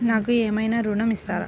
నాకు ఏమైనా ఋణం ఇస్తారా?